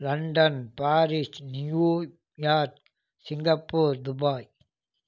London Paris New York Singapore Dubai